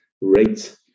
rate